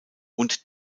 und